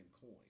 coin